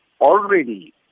already